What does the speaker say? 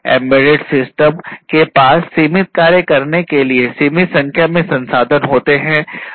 embedded system के पास सीमित कार्य करने के लिए सीमित संख्या में संसाधन होते हैं